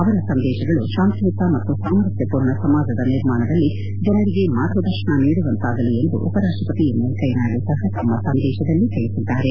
ಅವರ ಸಂದೇಶಗಳು ಶಾಂತಿಯುತ ಮತ್ತು ಸಾಮರಸ್ನ ಪೂರ್ಣ ಸಮಾಜದ ನಿರ್ಮಾಣದಲ್ಲಿ ಜನರಿಗೆ ಮಾರ್ಗದರ್ಶನ ನೀಡುವಂತಾಗಲಿ ಎಂದು ಉಪರಾಪ್ಲಪತಿ ವೆಂಕಯ್ಲನಾಯ್ಡು ಸಹ ತಮ್ನ ಸಂದೇಶದಲ್ಲಿ ತಿಳಿಸಿದ್ದಾರೆ